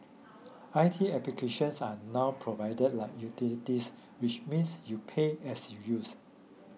I T applications are now provided like utilities which means you pay as you use